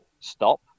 stop